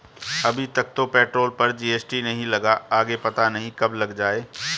अभी तक तो पेट्रोल पर जी.एस.टी नहीं लगा, आगे पता नहीं कब लग जाएं